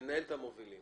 למובילים